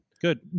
Good